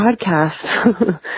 podcast